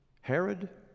Herod